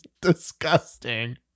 Disgusting